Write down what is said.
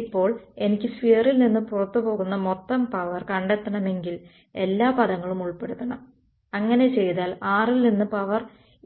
ഇപ്പോൾ എനിക്ക് സ്ഫിയറിൽ നിന്ന് പുറത്തുപോകുന്ന മൊത്തം പവർ കണ്ടെത്തണമെങ്കിൽ എല്ലാ പദങ്ങളും ഉൾപ്പെടുത്തണം അങ്ങനെ ചെയ്താൽ r ൽ നിന്ന് പവർ